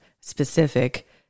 specific